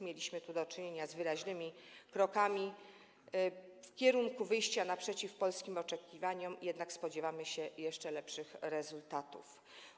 Mieliśmy tu do czynienia z wyraźnymi krokami w kierunku wyjścia naprzeciw polskim oczekiwaniom, jednak spodziewamy się jeszcze lepszych rezultatów.